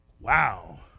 Wow